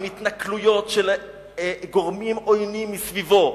עם התנכלויות של גורמים עוינים מסביבו,